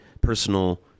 personal